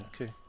Okay